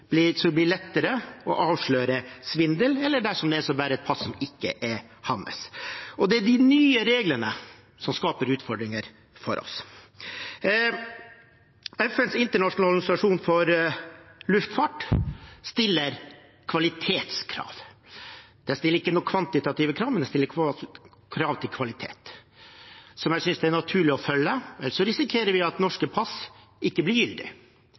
blir lettere å avsløre svindel eller at noen bærer et pass som ikke er deres. Det er de nye reglene som skaper utfordringer for oss. FNs internasjonale organisasjon for luftfart stiller kvalitetskrav – de stiller ikke kvantitative krav, men de stiller krav til kvalitet som jeg synes det er naturlig å følge, ellers risikerer vi at norske pass ikke blir